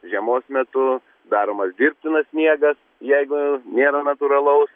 žiemos metu daromas dirbtinas sniegas jeigu nėra natūralaus